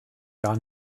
gar